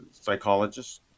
psychologist